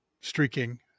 streaking